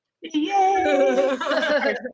Yay